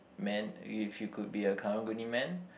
man if you could be a karang-guni man